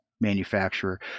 manufacturer